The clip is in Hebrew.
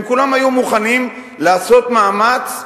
הם כולם היו מוכנים לעשות מאמץ,